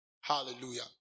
Hallelujah